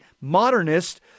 modernist